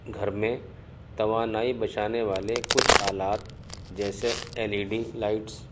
گھر میں توانائی بچانے والے کچھ آلات جیسے ایل ای ڈی لائٹس